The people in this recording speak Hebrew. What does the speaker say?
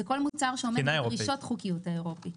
זה כל מוצר שעומד בדרישות חוקיות האירופיות.